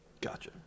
Gotcha